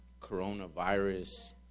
coronavirus